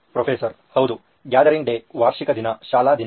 professor ಹೌದು gathering day ವಾರ್ಷಿಕ ದಿನ ಶಾಲಾ ದಿನ